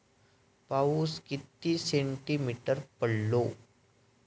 पाऊस किती सेंटीमीटर पडलो?